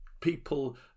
people